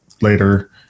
later